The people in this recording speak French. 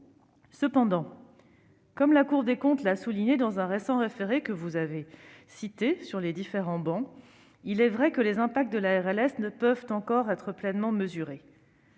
Cependant, comme la Cour des comptes l'a souligné dans un récent référé, qui a été abondamment évoqué, il est vrai que les effets de la RLS ne peuvent encore être pleinement mesurés.